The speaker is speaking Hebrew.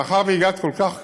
מאחר שהגעת כל כך קרוב,